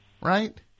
right